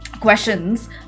questions